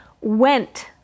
went